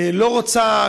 לא רוצה,